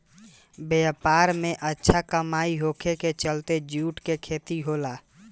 व्यापार में अच्छा कमाई होखे के चलते जूट के खेती होला